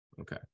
Okay